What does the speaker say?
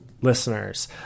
listeners